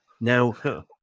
Now